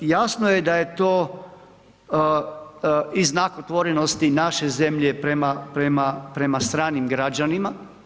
Jasno je da je to i znak otvorenosti naše zemlje prema stranim građanima.